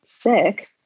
Sick